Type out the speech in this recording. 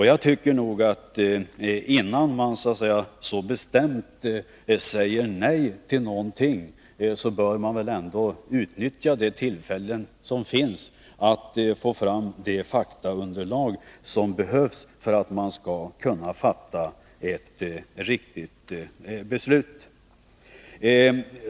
Jag tycker nog att innan man så bestämt säger nej till någonting, bör man utnyttja de tillfällen som finns att få fram det faktaunderlag som behövs för att man skall kunna fatta ett riktigt beslut.